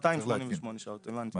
288 שעות, הבנתי.